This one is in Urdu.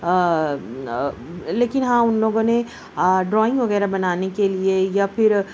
لیکن ہاں ان لوگوں نے ڈرائنگ وغیرہ بنانے کے لیے یا پھر